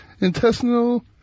intestinal